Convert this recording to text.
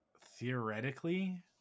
Theoretically